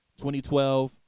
2012